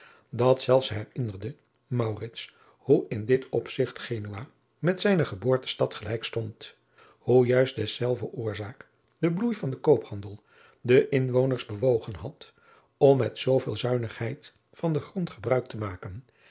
dat zelfs herinnerde maurits hoe in dit opzigt genua met zijne geboortestad gelijk stond hoe juist dezelsde oorzaak de bloei van den koophandel de inwoners bewogen had om met zooveel zuinigheid van den grond gebruik te maken